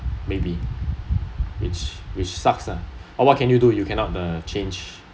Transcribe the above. ya maybe which which sucks lah but what can you do you uh cannot the change